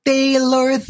Taylor